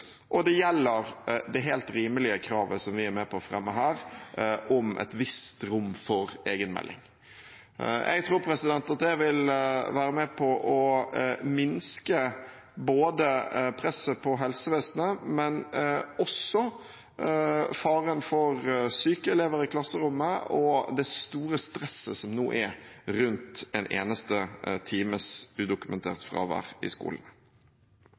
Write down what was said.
og det gjelder det helt rimelige kravet som vi er med på å fremme her, om et visst rom for egenmelding. Jeg tror at det vil være med på å minske både presset på helsevesenet, faren for syke elever i klasserommet og det store stresset som nå er rundt en eneste times udokumentert fravær i skolen.